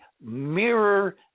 mirror